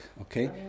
okay